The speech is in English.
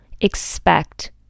expect